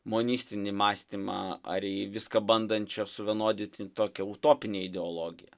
monistinį mąstymą ar į viską bandančią suvienodinti tokią utopinę ideologiją